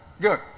Good